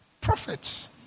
Prophets